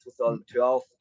2012